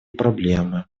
проблемы